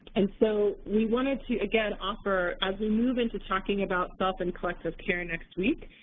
and so we wanted to again offer, as we move into talking about self and collective care next week,